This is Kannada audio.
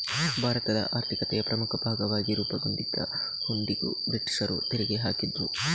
ಭಾರತದ ಆರ್ಥಿಕತೆಯ ಪ್ರಮುಖ ಭಾಗವಾಗಿ ರೂಪುಗೊಂಡಿದ್ದ ಹುಂಡಿಗೂ ಬ್ರಿಟೀಷರು ತೆರಿಗೆ ಹಾಕಿದ್ರು